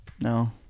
No